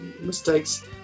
mistakes